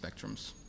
spectrums